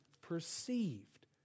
perceived